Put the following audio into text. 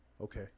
Okay